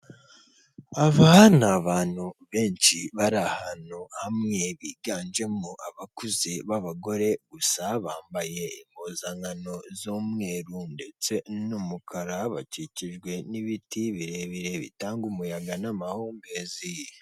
Aba ni abantu benshi bari ahantu hamwe biganjemo abakuze b'abagore gusa bambaye impuzankano z'umweru ndetse n'umukara bakikijwe n'ibiti birebire bitanga umuyaga n'amahumbezi.